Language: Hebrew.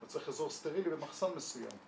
אז צריך אזור סטרילי ומחסן מסוים.